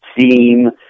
theme